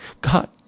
god